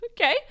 Okay